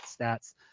stats